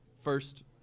First